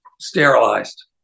sterilized